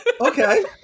Okay